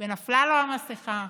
ונפלה לו המסכה,